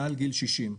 מעל גיל 60,